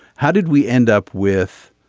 how did we end up with.